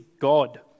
God